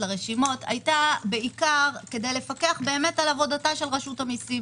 לרשימות היתה בעיקר כדי לפקח על עבודת רשות המיסים,